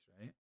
right